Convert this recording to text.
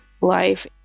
life